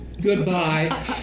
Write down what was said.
Goodbye